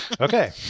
Okay